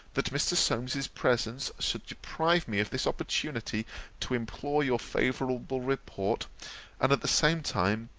that mr. solmes's presence should deprive me of this opportunity to implore your favourable report and at the same time,